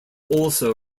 also